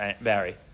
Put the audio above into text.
Barry